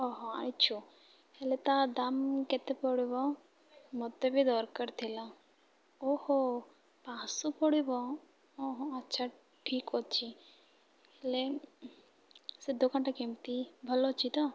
ହ ହ ଆଇଛୁ ହେଲେ ତା'ଦମ୍ କେତେ ପଡ଼ିବ ମୋତେ ବି ଦରକାର ଥିଲା ଓହୋ ପାଞ୍ଚଶହ ପଡ଼ିବ ଓହ ଆଚ୍ଛା ଠିକ ଅଛି ହେଲେ ସେ ଦୋକାନଟା କେମିତି ଭଲ ଅଛି ତ